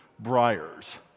Briars